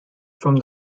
from